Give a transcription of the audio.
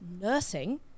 nursing